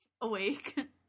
awake